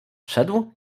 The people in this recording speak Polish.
szedł